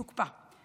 תוקפא.